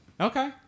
Okay